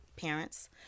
parents